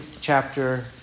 chapter